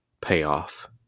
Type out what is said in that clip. payoff